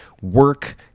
work